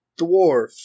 dwarf